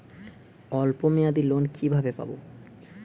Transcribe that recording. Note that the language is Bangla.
অল্প মেয়াদি লোন কিভাবে পাব?